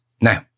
Now